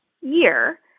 year